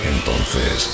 Entonces